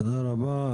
תודה רבה.